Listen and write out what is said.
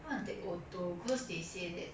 think I want take auto cause they say that